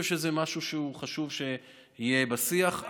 אני חושב שזה משהו שחשוב שיהיה בשיח.